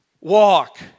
Walk